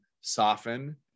soften